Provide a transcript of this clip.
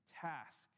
task